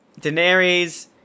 Daenerys